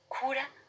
cura